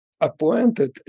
appointed